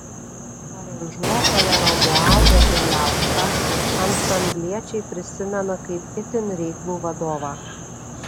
aranžuotoją romualdą bieliauską ansambliečiai prisimena kaip itin reiklų vadovą